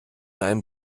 einen